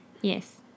Yes